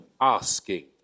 asking